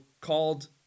called